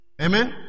Amen